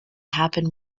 happen